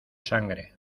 sangre